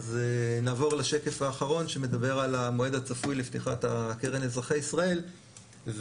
לשקף האחרון שמדבר על המועד הצפוי לפתיחת הקרן לאזרחי ישראל.